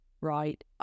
right